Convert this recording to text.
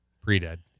Pre-dead